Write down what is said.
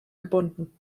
gebunden